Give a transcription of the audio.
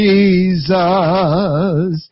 Jesus